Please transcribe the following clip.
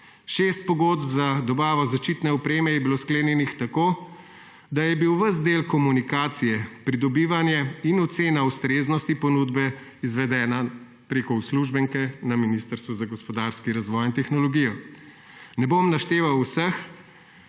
Šest pogodb za dobavo zaščitne opreme je bilo sklenjenih tako, da so bili ves del komunikacije, pridobivanje in ocena ustreznosti ponudbe izvedeni prek uslužbenke na Ministrstvu za gospodarski razvoj in tehnologijo. Ne bom našteval vseh.